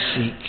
seek